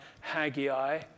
Haggai